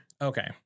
okay